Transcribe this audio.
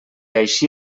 així